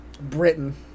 Britain